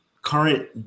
Current